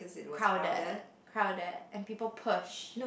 crowded crowded and people push